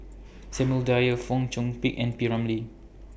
Samuel Dyer Fong Chong Pik and P Ramlee